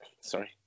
Sorry